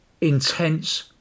intense